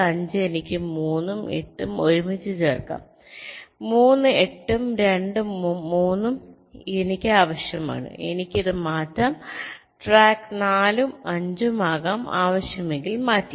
5 എനിക്ക് 3 ഉം 8 ഉം ഒരുമിച്ച് ചേർക്കാം 3 8 ഉം 2 ഉം 3 ഉം എനിക്ക് ആവശ്യമാണ് എനിക്ക് ഇത് മാറ്റാം ട്രാക്ക് 4 ഉം 5 ഉം ആകാം ആവശ്യമെങ്കിൽ മാറ്റി